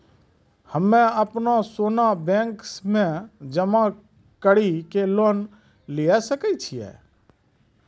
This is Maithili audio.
हम्मय अपनो सोना बैंक मे जमा कड़ी के लोन लिये सकय छियै?